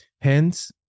Hence